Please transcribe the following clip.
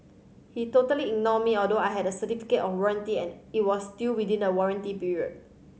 he totally ignored me although I had a certificate on warranty and it was still within a warranty period